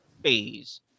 phase